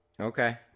Okay